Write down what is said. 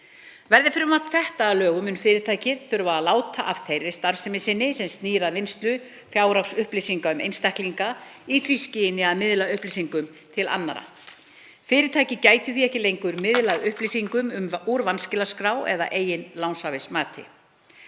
Verði frumvarp þetta að lögum mun fyrirtækið þurfa að láta af þeirri starfsemi sinni sem snýr að vinnslu fjárhagsupplýsinga um einstaklinga í því skyni að miðla upplýsingum til annarra. Fyrirtækið gæti því ekki lengur miðlað upplýsingum úr vanskilaskrá eða eigin lánshæfismati.